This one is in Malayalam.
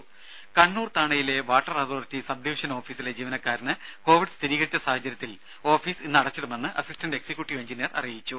രുക കണ്ണൂർ താണയിലെ വാട്ടർ അതോറിറ്റി സബ് ഡിവിഷൻ ഓഫീസിലെ ജീവനക്കാരന് കൊവിഡ് സ്ഥിരീകരിച്ച സാഹചര്യത്തിൽ ഓഫീസ് ഇന്ന് അടച്ചിടുമെന്ന് അസിസ്റ്റന്റ് എക്സിക്യുട്ടീവ് എഞ്ചിനിയർ അറിയിച്ചു